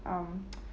um